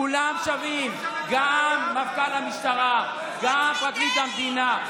כולם שווים, גם מפכ"ל המשטרה, גם פרקליט המדינה.